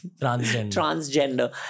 Transgender